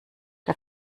der